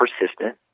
persistent